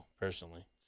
personally